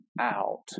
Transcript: out